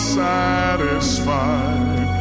satisfied